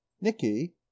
Nicky